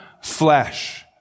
flesh